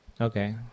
Okay